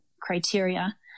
criteria